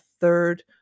third